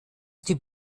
die